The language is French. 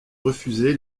refusé